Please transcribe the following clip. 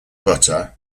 butter